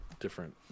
different